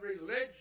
religion